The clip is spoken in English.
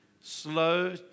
slow